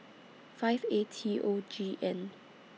five A T O G N